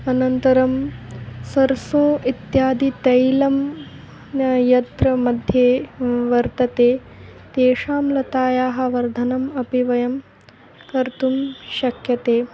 अनन्तरं सरसू इत्यादि तैलं न यत्र मध्ये वर्तते तेषां लतायाः वर्धनम् अपि वयं कर्तुं शक्यते